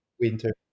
Winter